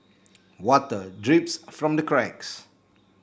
water drips from the cracks